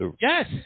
Yes